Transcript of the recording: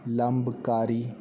ਲੰਬਕਾਰੀ